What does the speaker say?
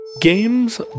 Games